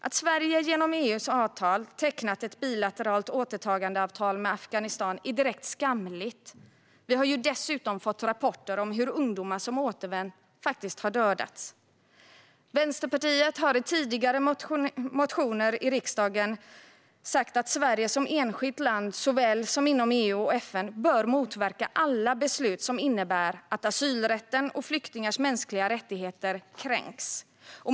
Att Sverige genom EU:s avtal har tecknat ett bilateralt återtagandeavtal med Afghanistan är direkt skamligt. Vi har ju dessutom fått rapporter om hur ungdomar som återvänt faktiskt har dödats. Vänsterpartiet har i tidigare motioner i riksdagen sagt att Sverige som enskilt land såväl som inom EU och FN bör motverka alla beslut som innebär att asylrätten och flyktingars mänskliga rättigheter kränks.